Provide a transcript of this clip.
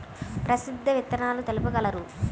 ప్రసిద్ధ విత్తనాలు తెలుపగలరు?